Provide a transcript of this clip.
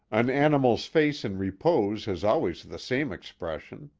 an animal's face in repose has always the same expression.